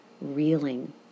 reeling